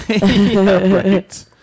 Right